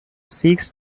six